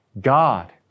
God